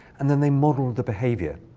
and then they modeled the behavior.